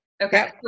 Okay